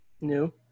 new